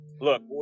Look